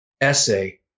essay